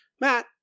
Matt